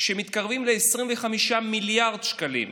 שמתקרבים ל-25 מיליארד שקלים,